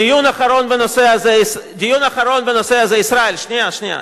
דיון אחרון בנושא הזה, ישראל, שנייה.